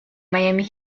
miami